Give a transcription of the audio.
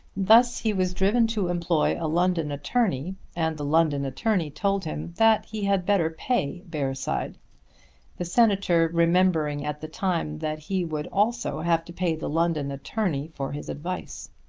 thus he was driven to employ a london attorney, and the london attorney told him that he had better pay bearside the senator remembering at the time that he would also have to pay the london attorney for his advice.